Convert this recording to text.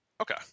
Okay